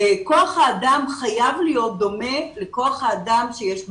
כח האדם חייב להיות דומה לכח האדם שיש בבוקר.